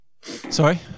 Sorry